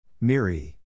Miri